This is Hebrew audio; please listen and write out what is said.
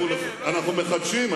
אנחנו מחדשים,